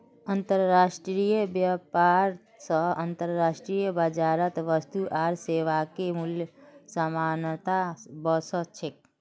अंतर्राष्ट्रीय व्यापार स अंतर्राष्ट्रीय बाजारत वस्तु आर सेवाके मूल्यत समानता व स छेक